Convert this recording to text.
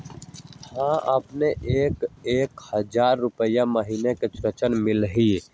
हां अपने के एक हजार रु महीने में ऋण मिलहई?